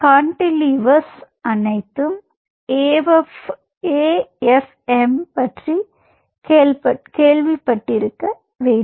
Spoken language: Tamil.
கான்டிலீவர்ஸ் அனைத்தும் AFM பற்றி கேள்விப்பட்டிருக்க வேண்டும்